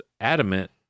adamant